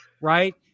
right